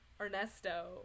Ernesto